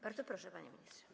Bardzo proszę, panie ministrze.